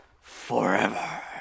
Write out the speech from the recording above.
forever